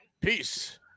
Peace